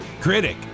Critic